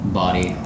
...body